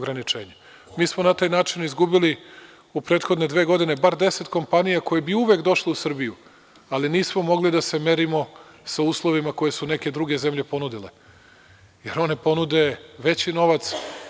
Mi smo na taj način izgubili u prethodne dve godine bar deset kompanija koje bi uvek došle u Srbiju, ali nismo mogli da se merimo sa uslovima koje su neke druge zemlje ponudile, jer one ponude veći novac.